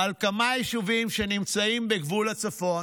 על כמה יישובים שנמצאים בגבול הצפון,